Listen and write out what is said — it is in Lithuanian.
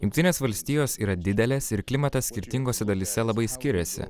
jungtinės valstijos yra didelės ir klimatas skirtingose dalyse labai skiriasi